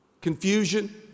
confusion